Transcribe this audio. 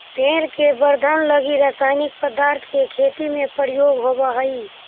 पेड़ के वर्धन लगी रसायनिक पदार्थ के खेती में प्रयोग होवऽ हई